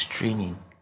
training